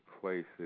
places